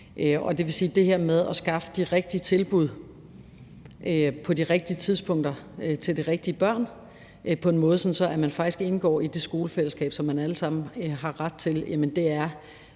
Det vil sige, at det her med at skaffe de rigtige tilbud på de rigtige tidspunkter til de rigtige børn på en måde, så de faktisk indgår i det skolefællesskab, som vi alle sammen har ret til, i